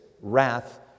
wrath